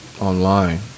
online